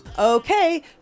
Okay